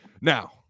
now